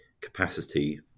capacity